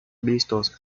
vistos